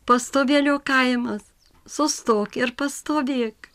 pastovėlio kaimas sustok ir pastovėk